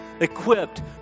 equipped